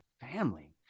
family